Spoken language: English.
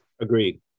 Agreed